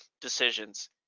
decisions